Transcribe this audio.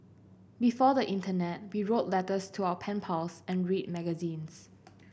before the internet we wrote letters to our pen pals and read magazines